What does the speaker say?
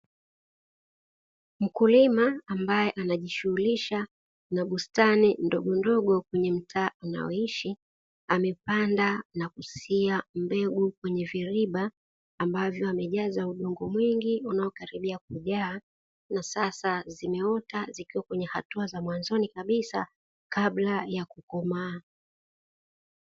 Mkulima ambaye anajishughulisha na bustani ndogondogo kwenye mtaa anaoishi, amepanda na kusia mbegu kwenye viriba ambavyo amejaza udongo mwingi unaokaribia kujaa, na sasa zimeota zikiwa kwenye hatua za mwanzoni kabisa kabla ya kukomaa.